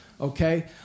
okay